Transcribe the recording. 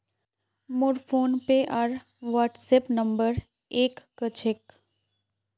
मोर फोनपे आर WhatsApp number एक क छेक